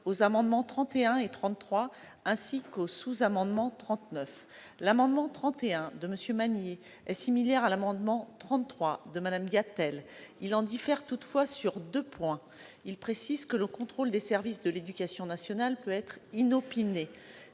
aux amendements n 31 et 33, ainsi qu'au sous-amendement n° 39 rectifié. L'amendement n° 31 de M. Magner est similaire à l'amendement n° 33 de Mme Gatel. Il en diffère toutefois sur deux points. Il tend tout d'abord à préciser que le contrôle des services de l'éducation nationale peut être « inopiné